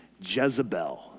Jezebel